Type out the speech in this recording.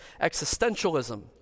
existentialism